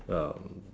um